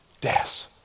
deaths